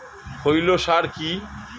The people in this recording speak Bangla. খৈল সার কি?